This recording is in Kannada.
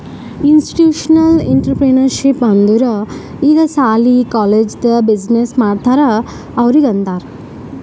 ಇನ್ಸ್ಟಿಟ್ಯೂಷನಲ್ ಇಂಟ್ರಪ್ರಿನರ್ಶಿಪ್ ಅಂದುರ್ ಈಗ ಸಾಲಿ, ಕಾಲೇಜ್ದು ಬಿಸಿನ್ನೆಸ್ ಮಾಡ್ತಾರ ಅವ್ರಿಗ ಅಂತಾರ್